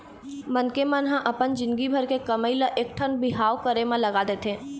मनखे मन ह अपन जिनगी भर के कमई ल एकठन बिहाव करे म लगा देथे